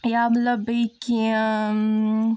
یا مطلب بیٚیہِ کیٚنہہ